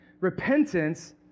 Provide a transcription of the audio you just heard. Repentance